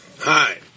Hi